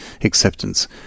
acceptance